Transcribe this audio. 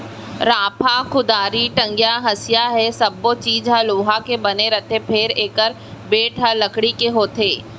रांपा, कुदारी, टंगिया, हँसिया ए सब्बो चीज ह लोहा के बने रथे फेर एकर बेंट ह लकड़ी के होथे